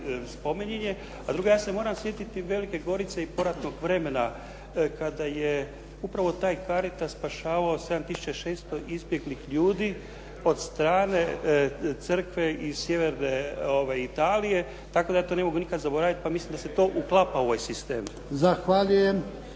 spominjan je. A drugo, ja se moram sjetiti Velike Gorice i poratnog vremena kada je upravo taj Caritas spašavao 7 600 izbjeglih ljudi od strave crkve i Sjeverne Italije, tako da ja to ne mogu nikad zaboraviti pa mislim da se to uklapa u ovaj sistem.